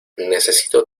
necesito